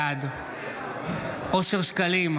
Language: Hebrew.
בעד אושר שקלים,